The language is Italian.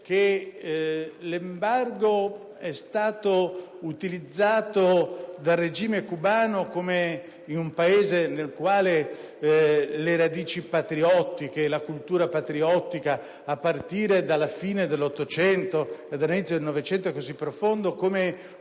che l'embargo è stato utilizzato dal regime cubano, in un Paese nel quale le radici e la cultura patriottiche a partire dalla fine del Ottocento e dall'inizio del Novecento sono così profonde, come